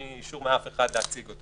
אין לי אישור מאף אחד שאני יכול להציגו.